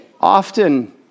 often